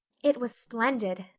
it was splendid,